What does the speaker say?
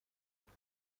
معلق